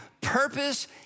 Purpose